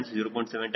211 0